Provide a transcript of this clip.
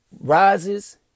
rises